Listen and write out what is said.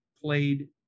played